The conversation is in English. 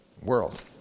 world